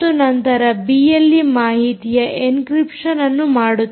ಮತ್ತು ನಂತರ ಬಿಎಲ್ಈ ಮಾಹಿತಿಯ ಎಂಕ್ರಿಪ್ಷನ್ಅನ್ನು ಮಾಡುತ್ತದೆ